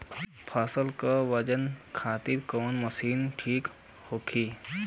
फसल के वजन खातिर कवन मशीन ठीक होखि?